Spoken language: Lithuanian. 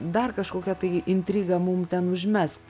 dar kažkokia tai intriga mum ten užmest